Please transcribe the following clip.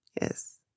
yes